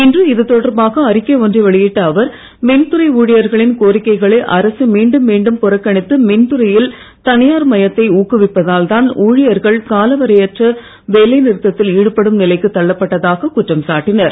இன்று இதுதொடர்பாக அறிக்கை ஒன்றை வெளியிட்ட அவர் மின்துறை ஊழியர்களின் கோரிக்கைகளை அரசு மீண்டும் மீண்டும் புறக்கணித்து துறையில் தனியார்மயத்தை ஊக்குவிப்பதால் தான் ஊழியர்கள் கால வரையற்ற வேலைநிறுத்தத்தில் ஈடுபடும் நிலைக்கு தள்ளப்பட்டதாக குற்றம் சாட்டினார்